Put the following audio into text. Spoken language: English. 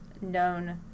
known